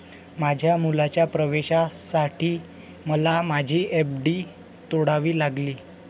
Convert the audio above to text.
माझ्या मुलाच्या प्रवेशासाठी मला माझी एफ.डी तोडावी लागली